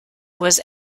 was